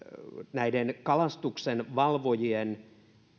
näiden kalastuksenvalvojien